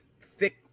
thick